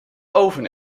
oven